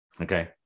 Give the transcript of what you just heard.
okay